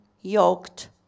yoked